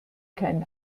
keinen